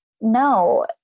no